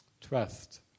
Trust